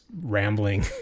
rambling